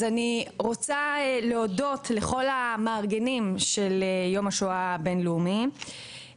אז אני רוצה להודות לכל המארגנים של ׳יום השורד הבינלאומי׳,